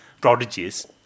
prodigies